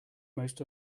most